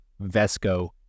Vesco